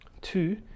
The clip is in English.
Two